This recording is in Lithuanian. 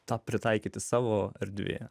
tą pritaikyti savo erdvėje